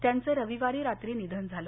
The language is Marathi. त्याचं रविवारी रात्री निधन झालं